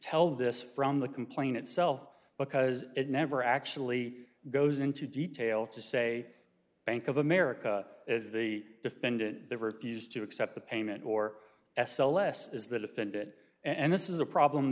tell this from the complaint itself because it never actually goes into detail to say bank of america as the defendant the refused to accept the payment or s l s is that offended and this is a problem